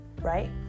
right